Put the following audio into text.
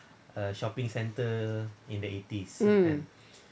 mm